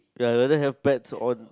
ya I rather have pets on